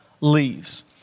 leaves